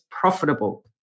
profitable